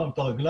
פעם את הרגליים.